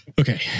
okay